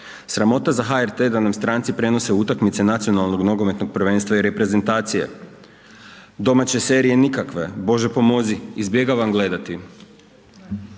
Sramota za HRT da nam stranci prenose utakmice nacionalnog nogometnog prvenstava i reprezentacije. Domaće serije nikakve, Bože pomozi, izbjegavam gledati.